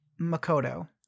Makoto